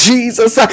Jesus